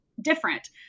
different